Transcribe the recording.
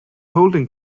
holding